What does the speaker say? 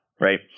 right